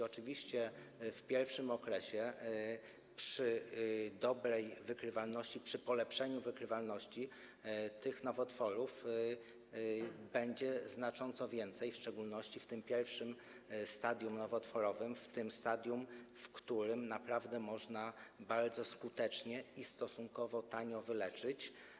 Oczywiście w pierwszym okresie przy dobrej wykrywalności, przy polepszeniu wykrywalności tych nowotworów będzie znacząco więcej, w szczególności w tym pierwszym stadium nowotworowym, w tym stadium, w którym naprawdę można bardzo skutecznie i stosunkowo tanio wyleczyć.